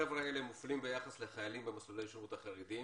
החבר'ה האלה מופלים ביחס לחיילים במסלול השירות החרדיים,